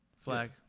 Flag